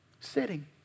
Sitting